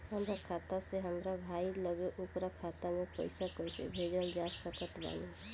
हमार खाता से हमार भाई लगे ओकर खाता मे पईसा कईसे भेज सकत बानी?